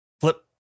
flip